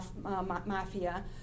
Mafia